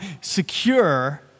secure